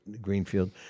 Greenfield